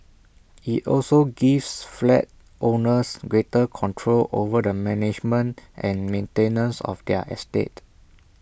IT also gives flat owners greater control over the management and maintenance of their estate